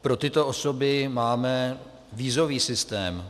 Pro tyto osoby máme vízový systém.